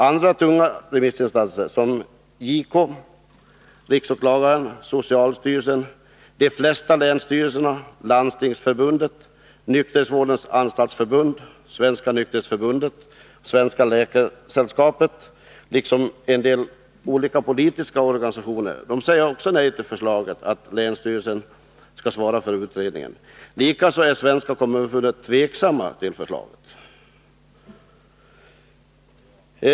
Andra tunga remissinstanser som JK, RÅ, socialstyrelsen, de flesta länsstyrelserna, Landstingsförbundet, Nykterhetsvårdens anstaltsförbund, Svenska nykterhetsförbundet och Svenska läkaresällskapet liksom en del olika politiska organisationer säger också nej till förslaget att länsstyrelsen skall svara för utredningen. Likaså är Svenska kommunförbundet tveksamt till förslaget.